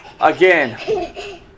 again